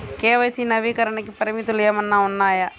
KYC నవీకరణకి పరిమితులు ఏమన్నా ఉన్నాయా?